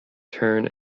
turn